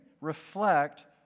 reflect